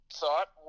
thought